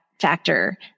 factor